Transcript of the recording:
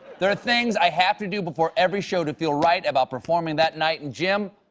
there are things i have to do before every show to feel right about performing that night. and jim,